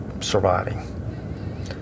surviving